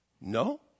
No